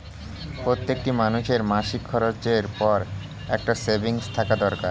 প্রত্যেকটি মানুষের মাসিক খরচের পর একটা সেভিংস থাকা দরকার